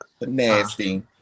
Nasty